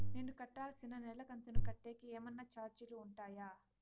నేను కట్టాల్సిన నెల కంతులు కట్టేకి ఏమన్నా చార్జీలు ఉంటాయా?